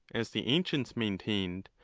as the ancients maintained,